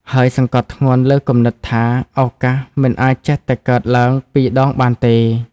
ហើយសង្កត់ធ្ងន់លើគំនិតថា ឱកាសមិនអាចចេះតែកើតឡើងពីរដងបានទេ។